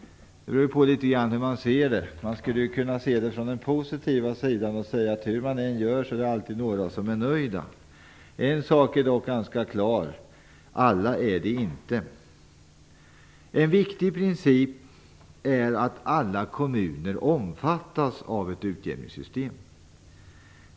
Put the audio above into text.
Det beror på hur man ser det. Man skulle kunna se det från den positiva sidan och säga att hur man än gör är det alltid några som är nöjda. En sak är dock ganska klar: alla är det inte. En viktig princip är att alla kommuner omfattas av ett utjämningssystem.